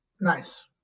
Nice